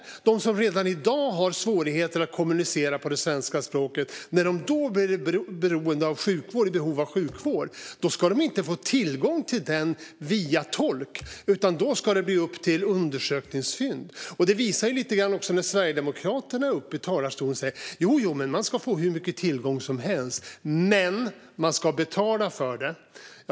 När de som redan i dag har svårigheter att kommunicera på det svenska språket är i behov av sjukvård ska de inte få tillgång till den via tolk, utan då ska det bli upp till undersökningsfynd. Det visar sig också lite grann när Sverigedemokraterna är uppe i talarstolen. Jo, jo, man ska få hur mycket tillgång som helst, säger de - men man ska betala för det.